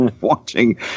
watching